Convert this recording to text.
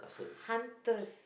hunter's